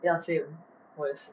ya same 我也是